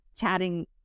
chatting